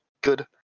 Good